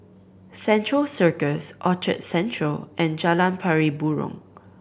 Central Circus Orchard Central and Jalan Pari Burong